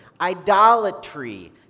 idolatry